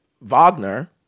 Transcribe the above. Wagner